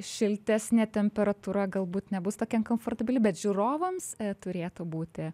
šiltesnė temperatūra galbūt nebus tokia komfortabili bet žiūrovams turėtų būti